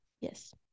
Yes